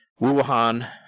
Wuhan